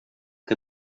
que